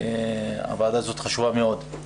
הוועדה הזאת חשובה מאוד.